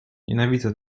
nienawidzę